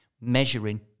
measuring